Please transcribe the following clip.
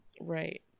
right